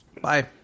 Bye